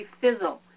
fizzle